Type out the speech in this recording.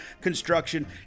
Construction